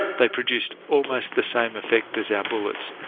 they produced almost the same effect as our bullets,